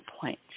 point